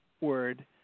word